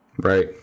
Right